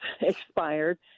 expired